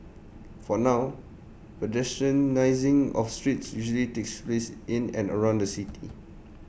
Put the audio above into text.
for now pedestrianising of streets usually takes place in and around the city